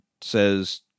says